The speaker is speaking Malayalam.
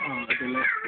ആ കിട്ടുമല്ലേ